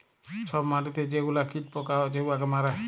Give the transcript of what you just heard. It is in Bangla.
ছব মাটিতে যে গুলা কীট পকা হছে উয়াকে মারে